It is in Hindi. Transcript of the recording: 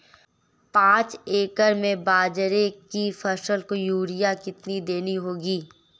पांच एकड़ में बाजरे की फसल को यूरिया कितनी देनी होगी?